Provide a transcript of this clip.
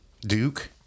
Duke